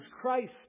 Christ